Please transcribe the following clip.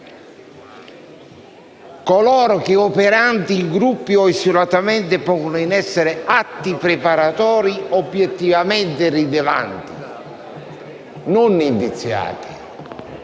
coloro che, operanti in gruppi o isolatamente, pongano in essere atti preparatori, obiettivamente rilevanti, ovvero